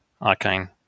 arcane